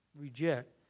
reject